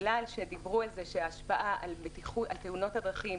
בגלל שדיברו על זה שהשפעה על תאונות הדרכים